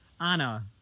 Anna